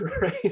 right